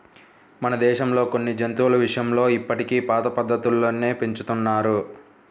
మన దేశంలో కొన్ని జంతువుల విషయంలో ఇప్పటికీ పాత పద్ధతుల్లోనే పెంచుతున్నారు